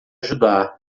ajudar